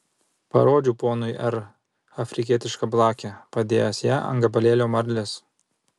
parodžiau ponui r afrikietišką blakę padėjęs ją ant gabalėlio marlės